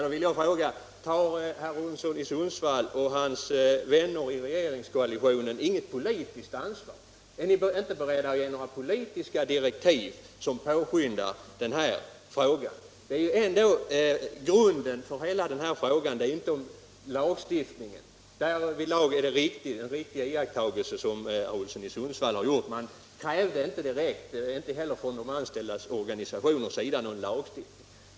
Då vill jag fråga: Har herr Olsson i Sundsvall och hans vänner i regeringskoalitionen inget politiskt ansvar? Är ni inte beredda att ge några politiska direktiv som påskyndar den här frågans behandling? I vad gäller frågan om lagstiftning är det en riktig iakttagelse som herr Olsson i Sundsvall har gjort, nämligen att man krävde inte direkt — inte heller från de anställdas organisationers sida — någon lagstiftning.